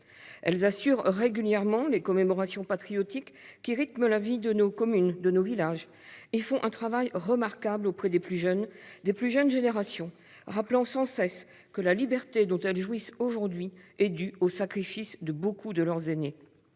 Elles assurent régulièrement les commémorations patriotiques qui rythment la vie de nos communes, de nos villages, et font un travail remarquable auprès des plus jeunes générations, rappelant sans cesse que la liberté dont elles jouissent aujourd'hui est due au sacrifice de beaucoup de leurs aînés.